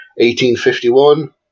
1851